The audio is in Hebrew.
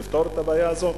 לפתור את הבעיה הזו,